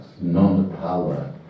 non-power